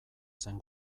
zen